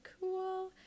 cool